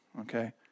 Okay